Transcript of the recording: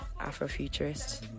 Afrofuturist